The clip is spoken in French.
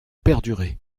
perdurer